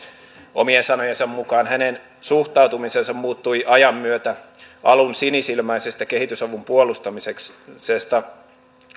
omien sanojensa mukaan hänen suhtautumisensa muuttui ajan myötä alun sinisilmäisestä kehitysavun puolustamisesta